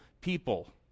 people